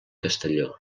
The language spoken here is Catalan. castelló